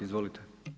Izvolite.